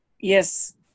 Yes